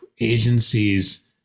agencies